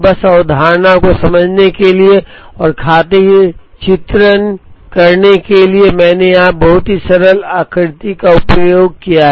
बस अवधारणा को समझने के लिए और खातिर चित्रण के लिए मैंने यहाँ एक बहुत ही सरल आकृति का उपयोग किया है